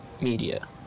media